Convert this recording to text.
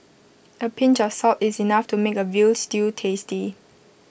A pinch of salt is enough to make A Veal Stew tasty